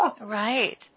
Right